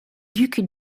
ducs